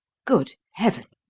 good heaven!